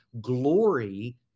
glory